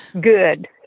Good